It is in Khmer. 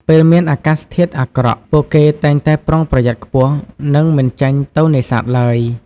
ពេលមានអាកាសធាតុអាក្រក់ ពួកគេតែងតែប្រុងប្រយ័ត្នខ្ពស់ និងមិនចេញទៅនេសាទឡើយ។